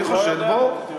לא יודע, לא אני.